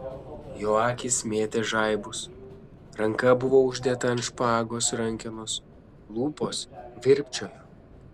jo akys mėtė žaibus ranka buvo uždėta ant špagos rankenos lūpos virpčiojo